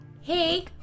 hey